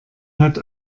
hat